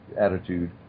attitude